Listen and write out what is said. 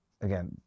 again